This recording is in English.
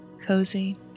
cozy